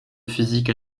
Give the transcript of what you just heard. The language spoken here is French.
physique